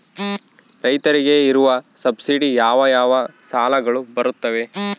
ರೈತರಿಗೆ ಇರುವ ಸಬ್ಸಿಡಿ ಯಾವ ಯಾವ ಸಾಲಗಳು ಬರುತ್ತವೆ?